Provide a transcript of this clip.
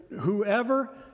whoever